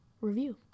review